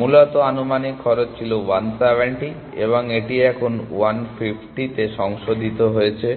মূলত আনুমানিক খরচ ছিল 170 এবং এটি এখানে 150 এ সংশোধিত হয়েছে